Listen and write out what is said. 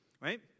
right